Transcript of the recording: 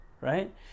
right